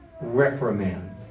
reprimand